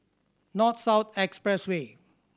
North South Expressway